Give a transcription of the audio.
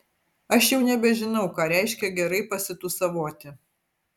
aš jau nebežinau ką reiškia gerai pasitūsavoti